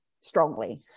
strongly